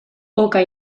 oka